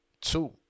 two